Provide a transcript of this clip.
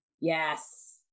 Yes